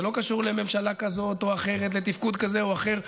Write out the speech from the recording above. זה לא קשור לממשלה כזו או אחרת או לתפקוד כזה או אחר.